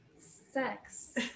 sex